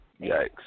Yikes